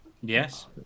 Yes